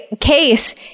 case